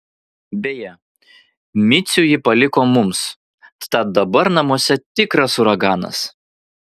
beje micių ji paliko mums tad dabar namuose tikras uraganas